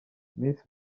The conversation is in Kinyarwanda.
miss